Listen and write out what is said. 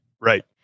Right